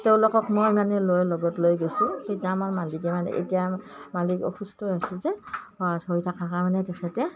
তেওঁলোকক মই মানে লৈ লগত লৈ গৈছোঁ তেতিয়া আামাৰ মালিকে মানে এতিয়া মালিক অসুস্থ হৈ আছে যে হৈ থকাৰ কাৰণে তেখেতে